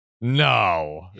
No